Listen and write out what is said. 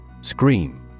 Scream